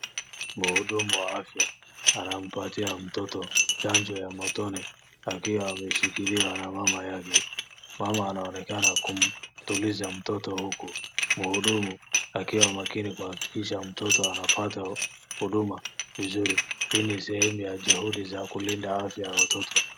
Mhudumu wa afya anampatia mtoto chanjo ya matone akiwa anashikilia na mama yake, mama anaonekana kumtuliza mtoto huku mhudumua akiwa makini kuhakikisha mtoto anapata huduma vizuri, hiii ni sehemu ya juhudi za kulinda afya ya watoto.